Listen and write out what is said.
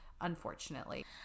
unfortunately